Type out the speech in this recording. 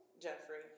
Jeffrey